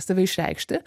save išreikšti